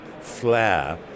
flair